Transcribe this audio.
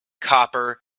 copper